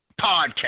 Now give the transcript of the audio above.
Podcast